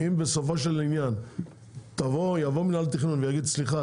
אם בסופו של עניין יבוא מינהל התכנון ויגיד "סליחה,